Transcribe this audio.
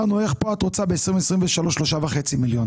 שאלנו למה ב-2023 את רוצה 3.5 מיליון?